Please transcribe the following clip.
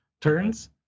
turns